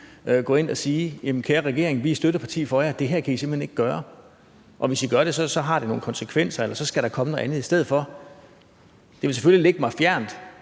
gå ind og sige: Kære regering, vi er støtteparti for jer; det her kan I simpelt hen ikke gøre, og hvis I gør det, har det nogle konsekvenser, eller også skal der komme noget andet i stedet for. Det ville selvfølgelig ligge mig fjernt